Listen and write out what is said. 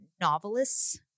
novelists